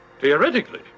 theoretically